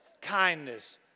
Kindness